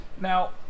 Now